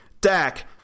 Dak